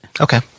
Okay